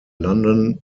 london